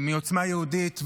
השר מעוצמה יהודית,